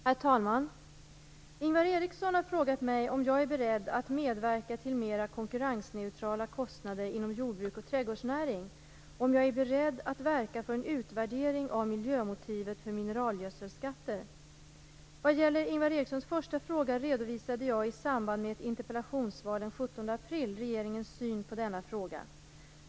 Herr talman! Ingvar Eriksson har frågat mig om jag är beredd att medverka till mer konkurrensneutrala kostnader inom jordbruks och trädgårdsnäring och om jag är beredd att verka för en utvärdering av miljömotivet för mineralgödselskatter. Vad gäller Ingvar Erikssons första fråga redovisade jag i samband med ett interpellationssvar den 17 april regeringens syn på frågan.